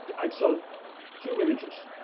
i've sold two images.